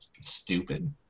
stupid